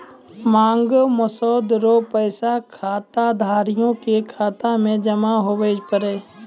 मांग मसौदा रो पैसा खाताधारिये के खाता मे जमा हुवै पारै